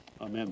Amen